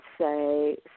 say